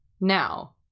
Now